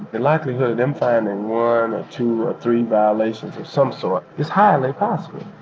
the likelihood of them finding one or two or three violations of some sort is highly possible.